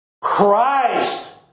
Christ